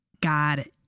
God